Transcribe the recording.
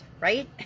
right